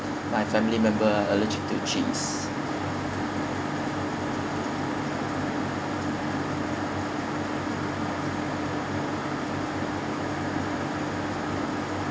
my family member allergic to cheese